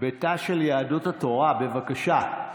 בתא של יהדות התורה, בבקשה.